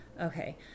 Okay